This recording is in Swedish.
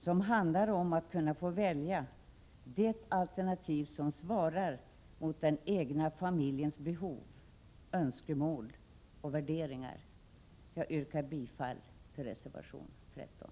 Det handlar om att kunna få välja det alternativ som svarar mot den egna familjens behov, önskemål och värderingar. Jag yrkar bifall till reservation 13.